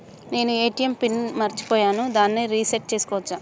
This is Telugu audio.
నేను ఏ.టి.ఎం పిన్ ని మరచిపోయాను దాన్ని రీ సెట్ చేసుకోవచ్చా?